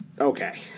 Okay